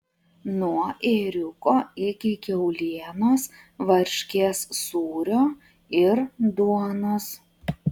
nuo ėriuko iki kiaulienos varškės sūrio ir duonos